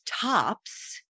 tops